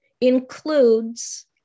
includes